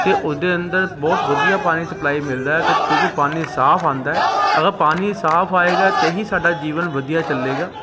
ਅਤੇ ਉਹਦੇ ਅੰਦਰ ਬਹੁਤ ਵਧੀਆ ਪਾਣੀ ਸਪਲਾਈ ਮਿਲਦਾ ਅਤੇ ਬਿਲਕੁਲ ਪਾਣੀ ਸਾਫ ਆਉਂਦਾ ਅਗਰ ਪਾਣੀ ਸਾਫ ਆਏਗਾ ਤਾਂ ਹੀ ਸਾਡਾ ਜੀਵਨ ਵਧੀਆ ਚੱਲੇਗਾ